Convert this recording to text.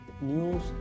news